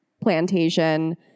plantation